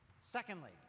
Secondly